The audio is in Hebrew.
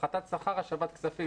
הפחתת שכר, השבת כספים.